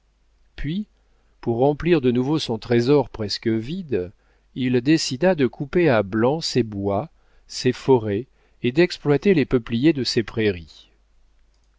puis pour remplir de nouveau son trésor presque vide il décida de couper à blanc ses bois ses forêts et d'exploiter les peupliers de ses prairies